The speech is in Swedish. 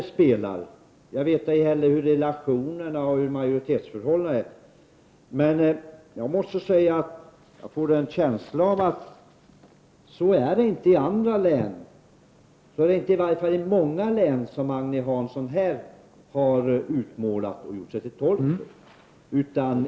Inte heller vet jag någonting om relationerna och om hur majoritetsförhållandena är, men jag får en känsla av att den bild som Agne Hansson har utmålat och gjort sig till tolk för inte stämmer med förhållandena i just några län.